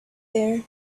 there